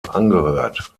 angehört